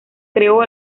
creó